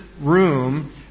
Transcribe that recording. room